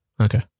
okay